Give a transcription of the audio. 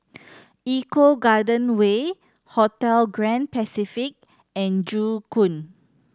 Eco Garden Way Hotel Grand Pacific and Joo Koon